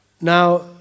Now